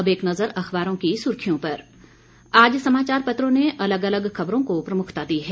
अब एक नजर अखबारों की सुर्खियों पर आज समाचारपत्रों ने अलग अलग खबरों को प्रमुखता दी है